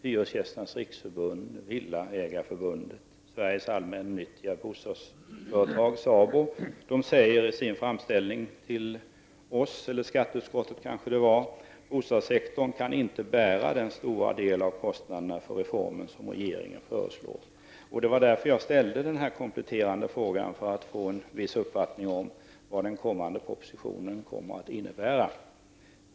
Hyresgästernas riksförbund, Villaägareförbundet och Sveriges allmännyttiga bostadsföretag, SABO, säger i sin framställning till oss — eller kanske var det till skatteutskottet — att bostadssektorn inte kan bära den stora del av kostnaderna för reformen som regeringen föreslår. Anledningen till att jag ställde denna kompletterande fråga var att jag ville få en viss uppfattning om vad den kommande propositionen innebär.